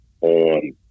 on